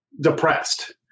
depressed